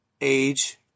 age